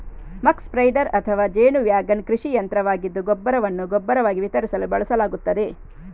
ಮಕ್ spreader ಅಥವಾ ಜೇನು wagon ಕೃಷಿ ಯಂತ್ರವಾಗಿದ್ದು ಗೊಬ್ಬರವನ್ನು ಗೊಬ್ಬರವಾಗಿ ವಿತರಿಸಲು ಬಳಸಲಾಗುತ್ತದೆ